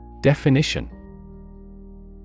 Definition